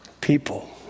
people